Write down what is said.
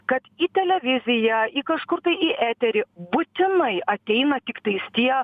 kad į televiziją į kažkur tai į eterį būtinai ateina tiktais tie